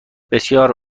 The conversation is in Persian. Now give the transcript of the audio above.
بسیار